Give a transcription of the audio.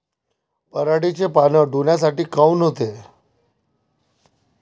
पराटीचे पानं डोन्यासारखे काऊन होते?